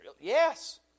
Yes